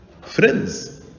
friends